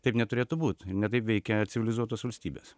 taip neturėtų būt ne taip veikia civilizuotos valstybės